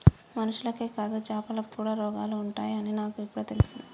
మనుషులకే కాదు చాపలకి కూడా రోగాలు ఉంటాయి అని నాకు ఇపుడే తెలిసింది